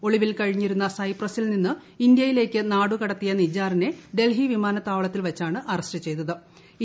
ഒളിവിൽ കഴിഞ്ഞിരുന്ന സൈപ്രസിൽ നിന്ന് ഇന്ത്യയിലേക്ക് നാടുകടത്തിയ നിജ്ജാറിനെ ദൽഹി വിമാനത്താവളത്തിൽ വെച്ചാണ് അറസ്റ്റ് ചെയ്ത്ത്